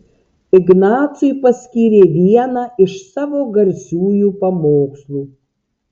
ignacui paskyrė vieną iš savo garsiųjų pamokslų